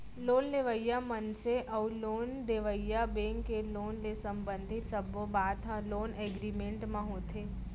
loan लेवइया मनसे अउ लोन देवइया बेंक के लोन ले संबंधित सब्बो बात ह लोन एगरिमेंट म होथे